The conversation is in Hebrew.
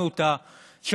אדוני היושב-ראש,